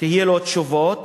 יהיו תשובות,